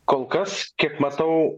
kol kas kiek matau